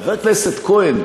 חבר הכנסת כהן,